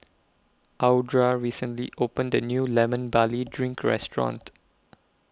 Audra recently opened A New Lemon Barley Drink Restaurant